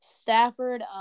Stafford